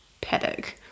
paddock